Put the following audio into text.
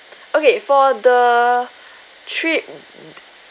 okay for the trip